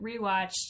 rewatched